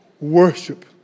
worship